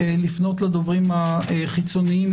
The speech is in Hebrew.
לפנות לדוברים החיצוניים.